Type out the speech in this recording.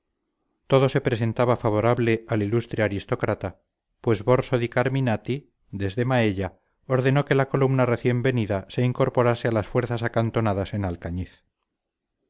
todo se presentaba favorable al ilustre aristócrata pues borso di carminati desde maella ordenó que la columna recién venida se incorporase a las fuerzas acantonadas en alcañiz